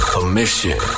Commission